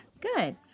Good